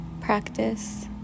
practice